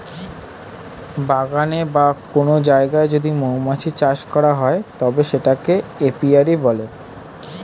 বাগানে বা কোন জায়গায় যদি মৌমাছি চাষ করা হয় তবে সেটাকে এপিয়ারী বলে